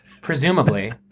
presumably